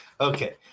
Okay